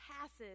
passes